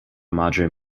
madre